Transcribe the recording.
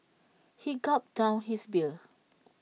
he gulped down his beer